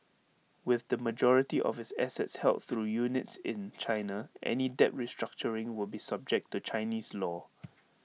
with the majority of its assets held through units in China any debt restructuring will be subject to Chinese law